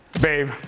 Babe